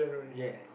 ya